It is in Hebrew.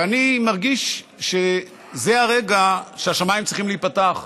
ואני מרגיש שזה הרגע שהשמיים צריכים להיפתח,